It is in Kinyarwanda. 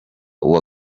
uwa